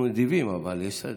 אנחנו ידידים, אבל יש סדר.